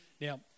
Now